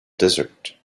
desert